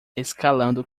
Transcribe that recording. escalando